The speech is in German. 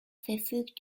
verfügt